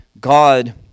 God